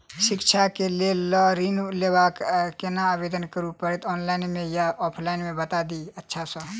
शिक्षा केँ लेल लऽ ऋण लेबाक अई केना आवेदन करै पड़तै ऑनलाइन मे या ऑफलाइन मे बता दिय अच्छा सऽ?